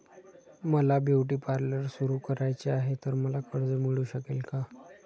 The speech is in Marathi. मला ब्युटी पार्लर सुरू करायचे आहे तर मला कर्ज मिळू शकेल का?